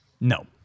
no